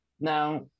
Now